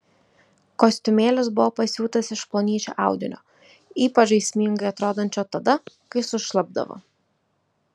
kostiumėlis buvo pasiūtas iš plonyčio audinio ypač žaismingai atrodančio tada kai sušlapdavo